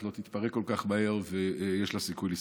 לא תתפרק כל כך מהר ויש לה סיכוי לשרוד.